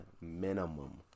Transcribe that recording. minimum